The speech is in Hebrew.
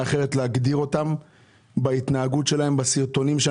אחרת להגדיר אותם בהתנהגות שלהם כפי שראינו בסרטונים.